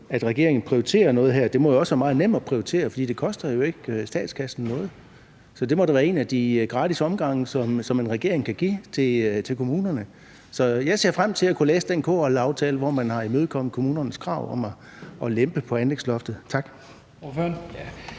at regeringen prioriterer noget her. Det må jo også være meget nemt at prioritere, fordi det jo ikke koster statskassen noget. Det må da være en af de gratis omgange, som en regering kan give til kommunerne. Så jeg ser frem til at kunne læse den KL-aftale, hvori man har imødekommet kommunernes krav om at lempe på anlægsloftet. Tak.